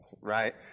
right